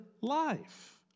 life